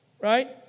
right